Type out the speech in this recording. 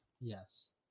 Yes